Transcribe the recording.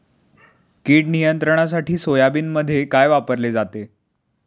कीड नियंत्रणासाठी सोयाबीनमध्ये काय वापरले जाते?